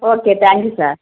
okay thank you sir